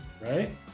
right